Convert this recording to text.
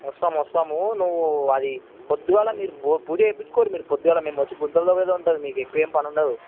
వస్తాం వస్తాము నువ్వు అది పొద్దుగల మీరు పూ పూజ చేపించుకోర్రి మీరు పొద్దుగల మేము వచ్చి గుంతలు తవ్వేది ఉంటుంది మీకు ఎక్కువ ఏమి పని ఉండదు